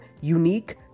unique